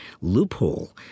loophole